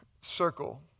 circle